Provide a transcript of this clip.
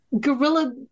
guerrilla